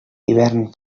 hivern